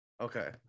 okay